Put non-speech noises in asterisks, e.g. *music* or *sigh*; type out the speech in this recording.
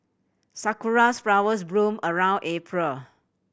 sakura *unintelligible* flowers bloom around April